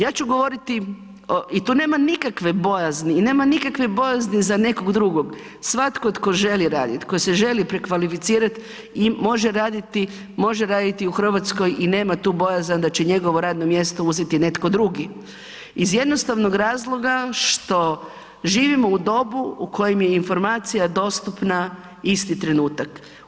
Ja ću govoriti o, i tu nema nikakve bojazni i nema nikakve bojazni za nekog drugog, svatko tko želi raditi, tko se želi prekvalificirati može raditi u Hrvatskoj i nema tu bojazan da će njegovo radno mjesto uzeti netko drugi iz jednostavnog razloga što živimo u dobu u kojem je informacija dostupna isti trenutak.